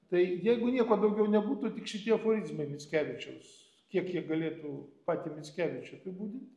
tai jeigu nieko daugiau nebūtų tik šitie aforizmai mickevičiaus kiek jie galėtų patį mickevičių apibūdint